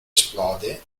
esplode